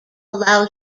allow